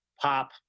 pop